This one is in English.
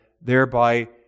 thereby